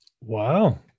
wow